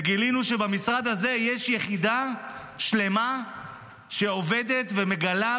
וגילינו שבמשרד הזה יש יחידה שלמה שעובדת ומגלה,